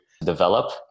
develop